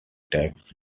takes